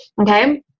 Okay